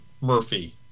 Murphy